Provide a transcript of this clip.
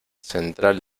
central